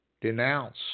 Denounce